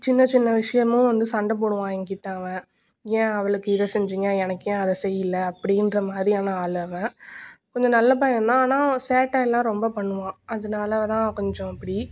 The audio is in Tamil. சின்னச் சின்ன விஷயமும் வந்து சண்டை போடுவான் என்கிட்ட அவன் ஏன் அவளுக்கு இதை செஞ்சிங்க எனக்கு ஏன் அதை செய்யிலை அப்படின்ற மாதிரியான ஆள் அவன் கொஞ்சம் நல்ல பையன் தான் ஆனா சேட்டைலாம் ரொம்ப பண்ணுவான் அதனால தான் கொஞ்சம் இப்படி